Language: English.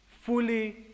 fully